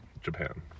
Japan